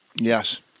Yes